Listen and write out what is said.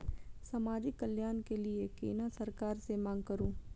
समाजिक कल्याण के लीऐ केना सरकार से मांग करु?